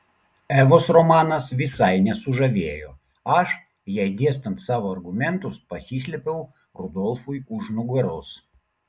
evos romanas visai nesužavėjo aš jai dėstant savo argumentus pasislėpiau rudolfui už nugaros